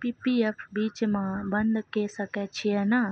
P P F बीच म बन्द के सके छियै न?